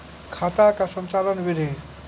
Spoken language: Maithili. खाता का संचालन बिधि?